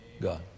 God